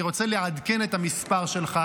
אני רוצה לעדכן את המספר שלך.